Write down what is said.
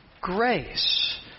grace